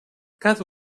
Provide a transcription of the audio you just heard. cada